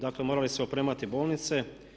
Dakle, morali su opremati bolnice.